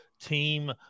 team